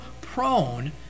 prone